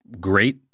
great